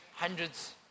hundreds